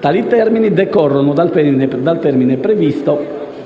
Tali termini decorrono dal termine previsto